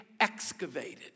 excavated